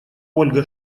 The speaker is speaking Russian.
ольга